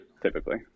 typically